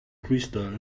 crystal